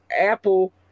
Apple